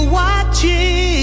watching